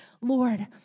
Lord